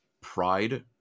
pride